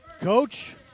Coach